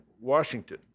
Washington